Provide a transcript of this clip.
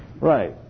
Right